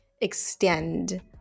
extend